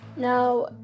Now